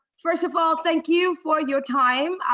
first of all thank you for your time.